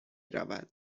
رود